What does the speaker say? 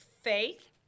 faith